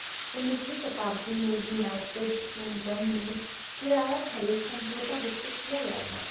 उन्नीसवीं शताब्दी में यूनाइटेड किंगडम में किराया खरीद समझौता विकसित किया गया था